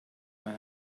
man